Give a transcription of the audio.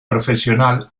profesional